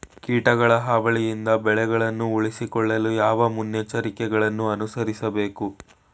ಕೀಟಗಳ ಹಾವಳಿಯಿಂದ ಬೆಳೆಗಳನ್ನು ಉಳಿಸಿಕೊಳ್ಳಲು ಯಾವ ಮುನ್ನೆಚ್ಚರಿಕೆಗಳನ್ನು ಅನುಸರಿಸಬೇಕು?